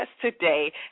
today